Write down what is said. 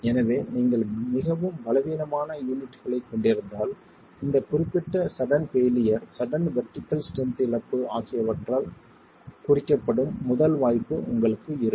எனவே நீங்கள் மிகவும் பலவீனமான யூனிட்களைக் கொண்டிருந்தால் இந்த குறிப்பிட்ட sudden failure sudden vertical strength இழப்பு ஆகியவற்றால் குறிக்கப்படும் முதல் வாய்ப்பு உங்களுக்கு இருக்கும்